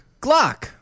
Glock